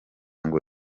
ngo